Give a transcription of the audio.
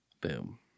Boom